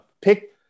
Pick